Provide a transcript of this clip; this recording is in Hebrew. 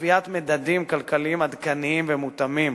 קביעת מדדים כלכליים עדכניים ומותאמים